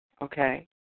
okay